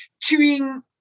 chewing